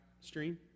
stream